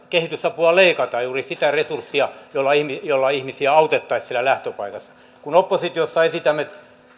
kehitysapua leikataan juuri sitä resurssia jolla ihmisiä autettaisiin siellä lähtöpaikassa kun oppositiossa esitämme